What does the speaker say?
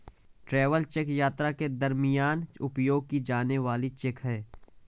travel cheque यात्रा के दरमियान उपयोग की जाने वाली चेक है